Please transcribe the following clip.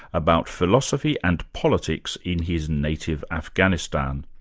about philosophy and politics in his native afghanistan.